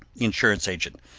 insurance agent